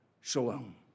shalom